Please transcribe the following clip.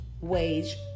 wage